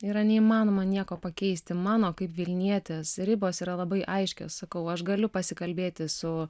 yra neįmanoma nieko pakeisti mano kaip vilnietės ribos yra labai aiškios sakau aš galiu pasikalbėti su